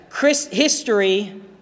History